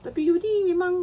tapi already memang